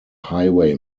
highway